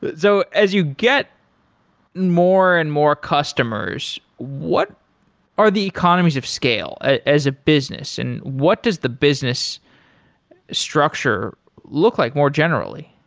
but so as you get more and more customers, what are the economies of scale as a business, and what does the business structure look like more generally?